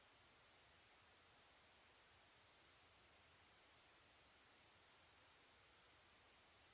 Grazie,